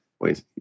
Wait